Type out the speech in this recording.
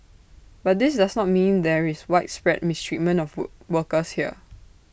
but this does not mean there is widespread mistreatment of work workers here